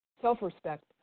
self-respect